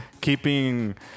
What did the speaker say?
keeping